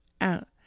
out